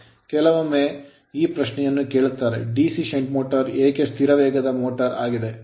ಕೆಲವೊಮ್ಮೆ ಅವರು ಈ ಪ್ರಶ್ನೆಯನ್ನು ಕೇಳುತ್ತಾರೆ ಡಿಸಿ ಷಂಟ್ ಮೋಟರ್ ಏಕೆ ಸ್ಥಿರ ವೇಗದ ಮೋಟರ್ ಆಗಿದೆ